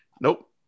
nope